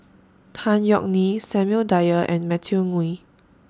Tan Yeok Nee Samuel Dyer and Matthew Ngui